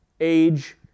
age